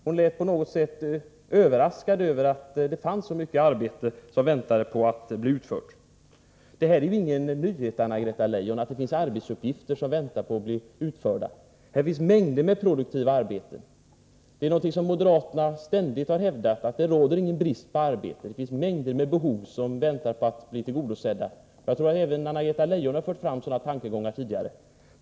Hon lät på något sätt överraskad över att det fanns så mycket arbete som väntade på att bli utfört. Det är ingen nyhet att det finns arbetsuppgifter som väntar på att bli utförda. Här finns mängder med produktiva arbeten. Moderaterna har ständigt hävdat att det inte råder brist på uppgifter. Mängder av behov väntar på att bli tillgodosedda, och jag tror att även Anna-Greta Leijon har fört fram sådana tankegångar tidigare.